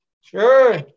Sure